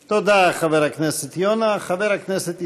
תודה, חבר הכנסת יונה.